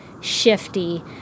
shifty